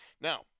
Now